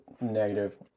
negative